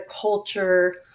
culture